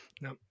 No